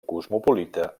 cosmopolita